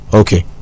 okay